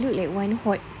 I look like one hot